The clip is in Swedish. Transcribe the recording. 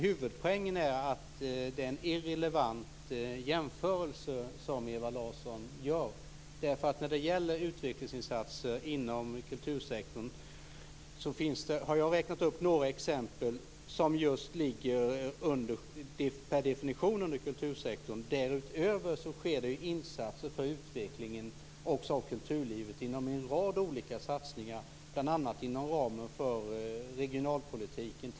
Huvudpoängen är att det är en irrelevant jämförelse som Ewa Larsson gör. Jag har räknat upp några exempel på utvecklingsinsatser som per definition just ligger under kultursektorn. Därutöver sker det också insatser för utvecklingen av kulturlivet inom en rad områden, bl.a. inom ramen för regionalpolitiken.